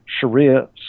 Sharia